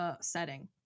setting